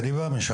כי אני בא משם,